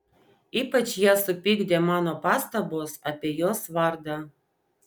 ypač ją supykdė mano pastabos apie jos vardą